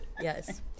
yes